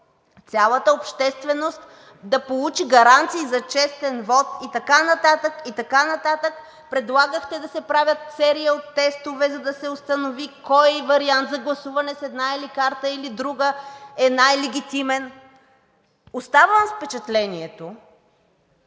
цялата общественост да получи гаранция за честен вот и така нататък. Предлагахте да се правят серия от тестове, за да се установи кой вариант за гласуване с една или друга карта е най-легитимен. Оставам с впечатлението,